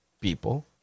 people